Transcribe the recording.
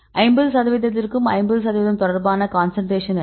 50 சதவிகிதத்திற்கு 50 சதவிகிதம் தொடர்பான கான்சன்ட்ரேஷன் என்ன